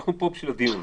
אנחנו פה בשביל הדיון,